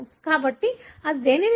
కాబట్టి అది దేనిని సూచిస్తుంది